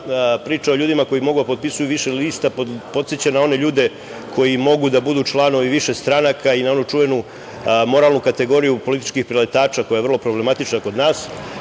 plenumu o ljudima koji mogu da potpisuju više lista i ta priča podseća na one ljude koji mogu da budu članovi više stranaka i na onu čuvenu moralnu kategoriju političkih preletača, koja je vrlo problematična kod nas.